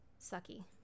sucky